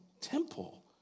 temple